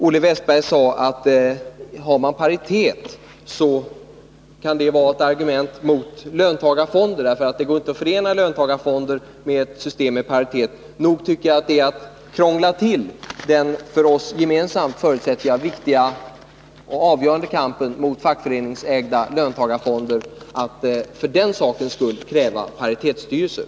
Olle Wästberg i Stockholm sade att har man paritet kan det vara ett argument mot löntagarfonder, eftersom det inte går att förena löntagarfonder med system med paritet. Nog tycker jag att det är att krångla till den för oss, som jag förutsätter gemensamma, viktiga och avgörande kampen mot fackföreningsägda löntagarfonder att för den sakens skull kräva paritetsstyrelser.